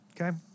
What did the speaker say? okay